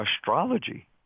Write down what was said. astrology